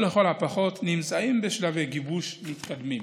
או לכל הפחות נמצאים בשלבי גיבוש מתקדמים.